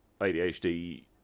ADHD